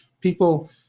people